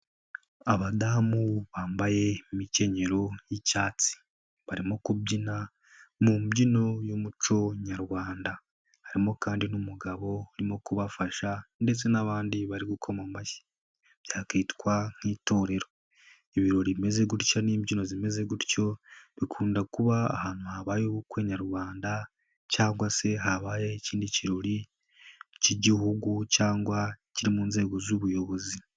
Abadamu bambaye imikenyero y'icyatsi, barimo kubyina mu mbyino y'umuco nyarwanda, harimo kandi n'umugabo urimo kubafasha ndetse n'abandi bari gukoma amashyi, byakitwa nk'itorero, ibirori bimeze gutya n'imbyino zimeze gutyo, bikunda kuba ahantu habaye ubukwe nyarwanda cyangwa se habaye ikindi kirori cy'Igihugu cyangwa kiri mu nzego z'ubuyobozi.